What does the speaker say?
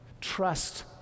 trust